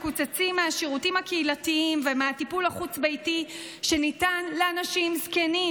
מקוצצים מהשירותים הקהילתיים ומהטיפול החוץ-ביתי שניתן לאנשים זקנים,